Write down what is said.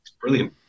brilliant